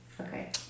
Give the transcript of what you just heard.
Okay